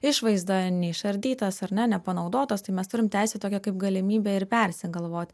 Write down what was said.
išvaizda neišardytas ar ne nepanaudotas tai mes turim teisę tokią kaip galimybę ir persigalvot